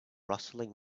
rustling